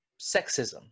sexism